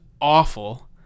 awful